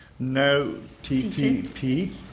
NoTTP